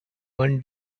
one